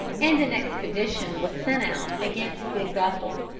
and an expedition was sent out against big bethel.